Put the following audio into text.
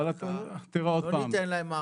לא ניתן להם הארכה.